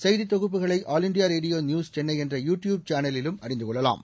செய்தி தொகுப்புகளை all India radio news Chennai என்ற யு டியூப் சேனலிலும் அறிந்து கொள்ளலாம்